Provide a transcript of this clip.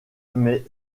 mes